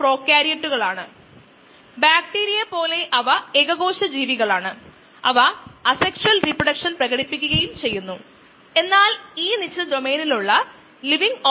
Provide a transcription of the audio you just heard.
log ഫേസിൽ കോശങ്ങളുടെ സാന്ദ്രത ഇരട്ടിയാകാൻ ആവശ്യമായ സമയം എന്താണ്